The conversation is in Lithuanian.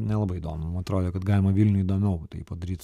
nelabai įdomu mum atrodė kad galima vilniuj įdomiau tai padaryt